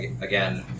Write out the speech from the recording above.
again